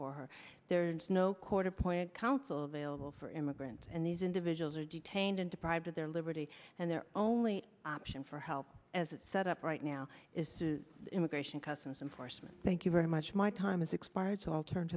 for her there's no court appointed counsel available for immigrants and these individuals are detained and deprived of their liberty and their only option for help as set up right now is immigration customs enforcement thank you very much my time is expired so i'll turn